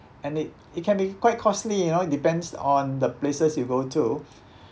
and it it can be quite costly you know it depends on the places you go to